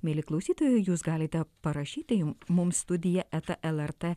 mieli klausytojai jūs galite parašyti jums mums studija eta lrt